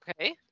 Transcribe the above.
Okay